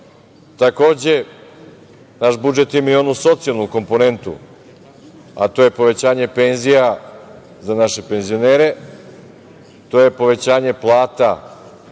Srbije. Takođe, naš budžet ima i onu socijalnu komponentu, a to je povećanje penzija za naše penzionere, to je povećanje plata